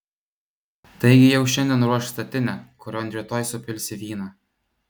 taigi jau šiandien ruošk statinę kurion rytoj supilsi vyną